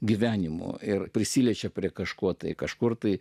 gyvenimu ir prisiliečia prie kažko tai kažkur tai